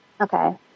okay